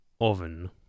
oven